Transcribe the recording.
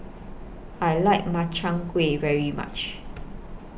I like Makchang Gui very much